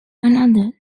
another